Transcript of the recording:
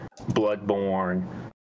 Bloodborne